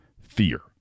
fear